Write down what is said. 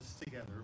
together